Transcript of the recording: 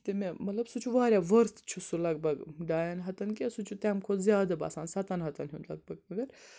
تہٕ مےٚ مطلب سُہ چھُ واریاہ ؤرتھ چھُ سُہ لگ بگ ڈایَن ہَتن کیاہ سُہ چھُ تَمہِ کھۄتہٕ زیادٕ باسان سَتَن ہَتَن ہُنٛد لگ بگ مَگر